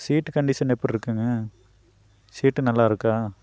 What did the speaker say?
seat condition எப்புடிருக்குங்க seat நல்லாயிருக்கா